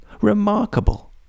remarkable